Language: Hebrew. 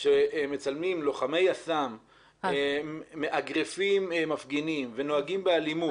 שמצלמים לוחמי יס"מ מאגרפים מפגינים ונוהגים באלימות,